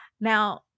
Now